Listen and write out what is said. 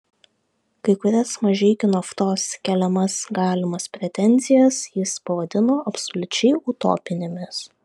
kai kurias mažeikių naftos keliamas galimas pretenzijas jis pavadino absoliučiai utopinėmis